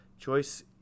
choice